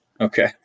Okay